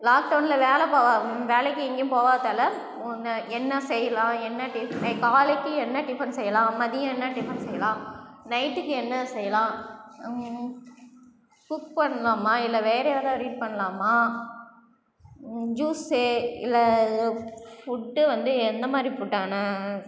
லாக்டவுனில் வேலை பா வேலைக்கு எங்கேயும் போகாததால ந என்ன செய்யலாம் என்ன காலைக்கு என்ன டிஃபன் செய்யலாம் மதியம் என்ன டிஃபன் செய்யலாம் நைட்டுக்கு என்ன செய்லாம் குக் பண்ணலாமா இல்லை வேறு எதாது ரீட் பண்ணலாமா ஜூஸ்ஸு இல்லை ஃபுட்டு வந்து எந்தமாதிரி ஃபுட்டான